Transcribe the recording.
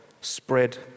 spread